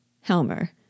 Helmer